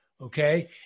Okay